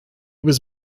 was